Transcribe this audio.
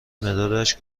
مدادش